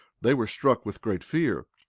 they were struck with great fear,